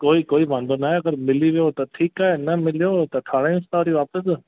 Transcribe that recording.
कोई कोई वांदो न आहे अगरि मिली वियो त ठीकु आहे न मिलियो त ठाहिरायुसि था वरी वापसि